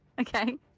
okay